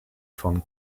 von